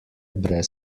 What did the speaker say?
brez